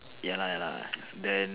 ya lah ya lah then